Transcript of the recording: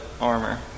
armor